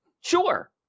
Sure